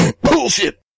Bullshit